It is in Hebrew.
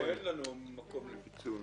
פה אין לנו מקום לפיצול.